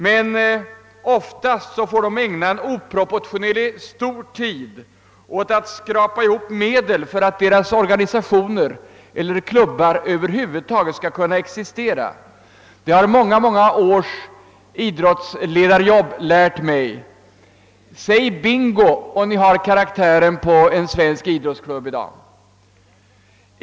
Men oftast får de ägna oproportionerligt mycken tid åt att skrapa ihop medel för att deras organisationer eller klubbar över huvud taget skall kunna existera — det har många års idrottsledarjobb lärt mig. Säg Bingo, och ni har karaktären på en svensk idrottsklubb i dag!